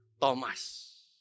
Thomas